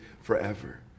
forever